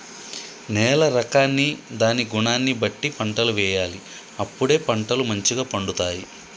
నేల రకాన్ని దాని గుణాన్ని బట్టి పంటలు వేయాలి అప్పుడే పంటలు మంచిగ పండుతాయి